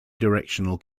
directional